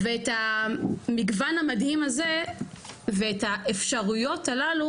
את המגוון המדהים הזה ואת האפשרויות הללו,